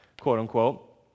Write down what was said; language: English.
quote-unquote